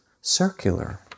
circular